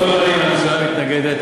קודם כול, הממשלה מתנגדת.